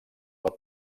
del